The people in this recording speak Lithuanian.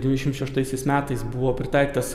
dvidešim šeštaisiais metais buvo pritaikytas